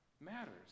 matters